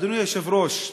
אדוני היושב-ראש,